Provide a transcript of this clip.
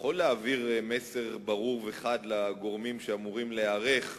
יכול להעביר מסר ברור וחד לגורמים שאמורים להיערך,